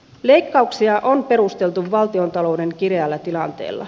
leikkauksia on perusteltu valtiontalouden kireällä tilanteella